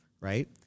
right